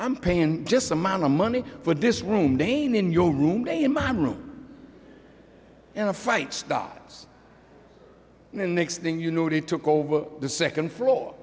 i'm paying just amount of money for this room name in your room in my room and a fight stoppers and next thing you know they took over the second floor